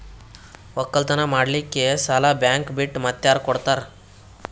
ಒಕ್ಕಲತನ ಮಾಡಲಿಕ್ಕಿ ಸಾಲಾ ಬ್ಯಾಂಕ ಬಿಟ್ಟ ಮಾತ್ಯಾರ ಕೊಡತಾರ?